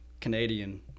canadian